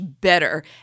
better